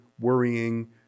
worrying